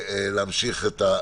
אנחנו לא יכולים לעשות את זה לבד.